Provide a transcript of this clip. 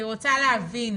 אני רוצה להבין